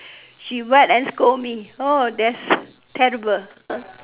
she whack and scold me oh that's terrible